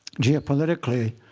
geopolitically,